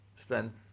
strength